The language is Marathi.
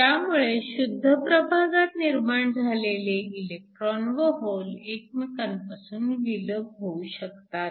त्यामुळे शुद्ध प्रभागात निर्माण झालेले इलेक्ट्रॉन व होल एकमेकांपासून विलग होऊ शकतात